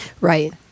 Right